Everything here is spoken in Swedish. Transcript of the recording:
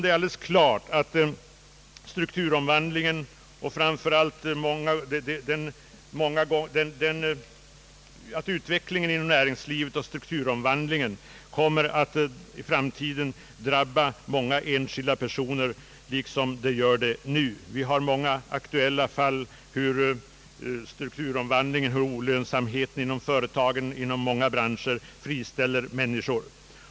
Det är alldeles klart att utvecklingen inom «<näringslivet och strukturomvandlingen i framtiden kommer att drabba många enskilda personer liksom nu är fallet. Det finns många aktuella exempel som visar att strukturomvandlingen inom många branscher leder till friställande av arbetskraft.